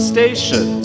Station